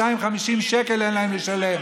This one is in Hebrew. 250 שקל אין להם לשלם,